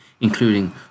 including